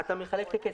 אתה מחלק את הכסף.